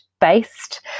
based